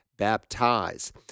Baptize